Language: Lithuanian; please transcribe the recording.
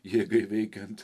jėgai veikiant